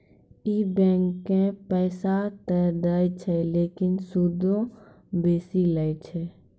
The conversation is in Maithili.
इ बैंकें पैसा त दै छै लेकिन सूदो बेसी लै छै